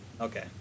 Okay